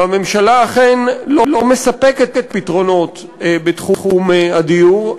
והממשלה אכן לא מספקת פתרונות בתחום הדיור.